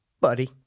Buddy